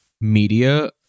media